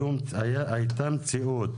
הייתה מציאות